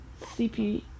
CP